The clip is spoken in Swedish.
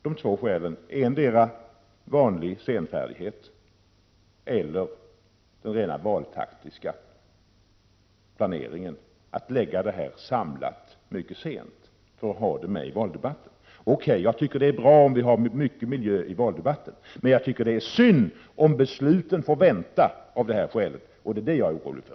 De två skälen är vanlig senfärdighet eller den rena valtaktiska planeringen att lägga fram detta i en samlad proposition mycket sent för att ha det med i valdebatten. O.K., jag tycker att det är bra om vi har många miljöfrågor i valdebatten, men jag tycker att det är synd om besluten fördröjs av denna anledning. Det är detta som jag är orolig för.